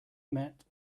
met